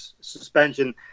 suspension